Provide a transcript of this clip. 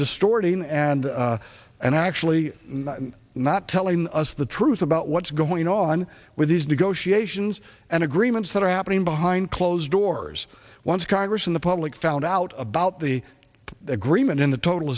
distorting and and actually not telling us the truth about what's going on with these negotiations and agreements that are happening behind closed doors once congress in the public found out about the agreement in the total